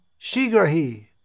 shigrahi